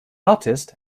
artist